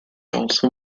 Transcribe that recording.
also